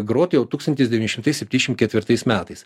groti jau tūkstantis devyni šimtai septyniasdešim ketvirtais metais